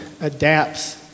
adapts